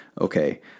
okay